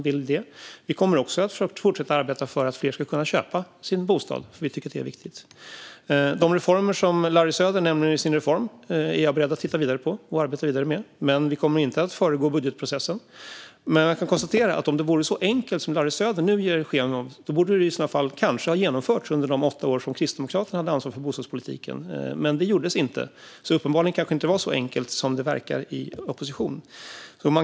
Vi kommer också att fortsätta arbeta för att fler ska kunna köpa sin bostad, för vi tycker att det är viktigt. De reformer som Larry Söder nämner är jag beredd att titta vidare på och arbeta vidare med. Men vi kommer inte att föregripa budgetprocessen. Men jag kan konstatera att om det vore så enkelt som Larry Söder nu ger sken av borde det kanske ha genomförts under de åtta år som Kristdemokraterna hade ansvar för bostadspolitiken. Men det gjordes inte. Uppenbarligen kanske det inte var så enkelt som det verkar i opposition.